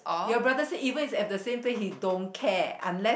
your brother even is at the same place he don't care unless